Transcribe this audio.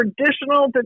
traditional